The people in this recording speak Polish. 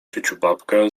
ciuciubabkę